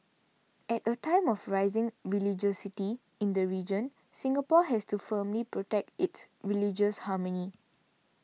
at a time of rising religiosity in the region Singapore has to firmly protect its religious harmony